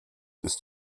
ist